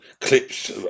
clips